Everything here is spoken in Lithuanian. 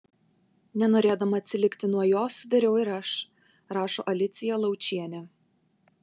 nenorėdama atsilikti nuo jo sudariau ir aš rašo alicija laučienė